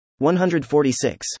146